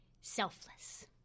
Selfless